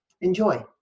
Enjoy